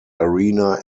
arena